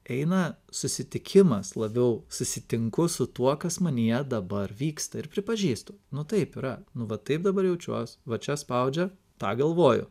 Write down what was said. eina susitikimas labiau susitinku su tuo kas manyje dabar vyksta ir pripažįstu nu taip yra nu vat taip dabar jaučiuos va čia spaudžia tą galvoju